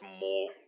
more